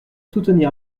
soutenir